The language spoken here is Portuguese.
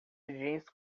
jeans